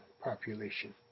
population